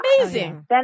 amazing